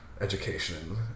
education